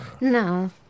No